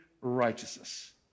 righteousness